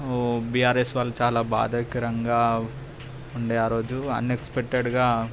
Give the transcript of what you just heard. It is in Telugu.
బీఆరెస్ వాళ్ళు చాలా బాధాకరంగా ఉండే రోజు అన్ఎక్స్పెక్టెడ్గా